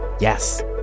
Yes